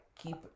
keep